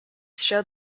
shows